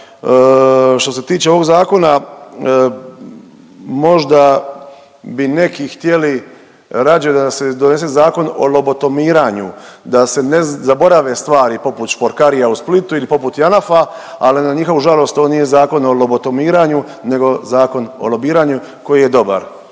što se tiče ovog zakona možda bi neki htjeli rađe da se donese zakon o lobotomiranju, da se zaborave stvari poput šporkarija u Splitu ili poput JANAFA, ali na njihovu žalost to nije zakon o lobotomiranju nego Zakon o lobiranju koji je dobar.